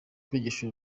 kwigisha